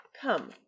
come